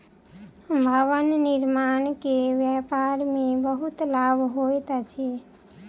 भवन निर्माण के व्यापार में बहुत लाभ होइत अछि